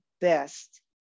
best